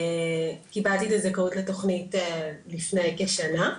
קיבלתי את הזכאות לתוכנית לפני כשנה,